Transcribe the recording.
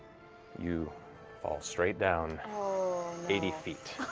you fall straight down eighty feet.